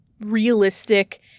realistic